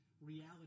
reality